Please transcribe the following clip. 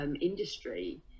industry